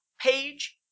page